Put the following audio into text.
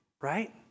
right